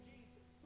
Jesus